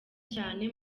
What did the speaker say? cyane